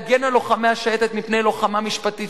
להגן על לוחמי השייטת מפני לוחמה משפטית